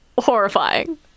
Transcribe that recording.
horrifying